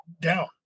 down